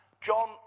John